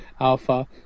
Alpha